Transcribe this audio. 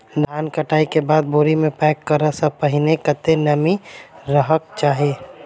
धान कटाई केँ बाद बोरी मे पैक करऽ सँ पहिने कत्ते नमी रहक चाहि?